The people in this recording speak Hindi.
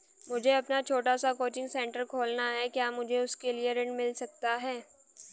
मुझे अपना छोटा सा कोचिंग सेंटर खोलना है क्या मुझे उसके लिए ऋण मिल सकता है?